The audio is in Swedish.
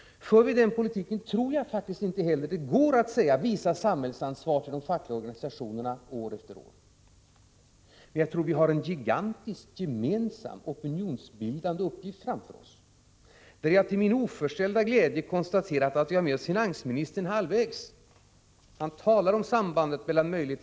För vi den politiken tror jag faktiskt inte heller att det går att till de fackliga organisationerna år efter år säga: Visa samhällsansvar! Jag tror vi har en gigantisk gemensam opinionsbildande uppgift framför oss, och jag har till min oförställda glädje konstaterat att vi där har med oss finansministern halvvägs — han talar om sambandet mellan möjligheterna till reallöneökningar och de offentliga utgifterna. Jag väntar på att finansministern skall ställa upp i den andra delen, nämligen när det gäller marginalskatternas betydelse för att dämpa löneökningarna och ändå få någonting över.